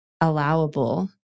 allowable